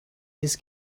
his